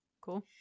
Cool